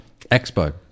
Expo